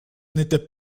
n’était